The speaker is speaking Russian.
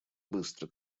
быстро